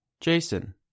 Jason